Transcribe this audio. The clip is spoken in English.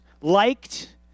liked